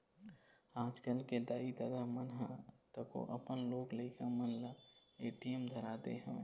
आजकल तो दाई ददा मन ह तको अपन लोग लइका मन ल ए.टी.एम धरा दे हवय